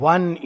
One